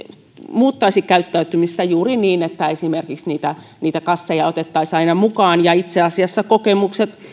muuttaisi käyttäytymistä juuri niin että esimerkiksi niitä niitä kasseja otettaisiin aina mukaan itse asiassa kokemukset